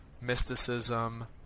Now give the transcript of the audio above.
mysticism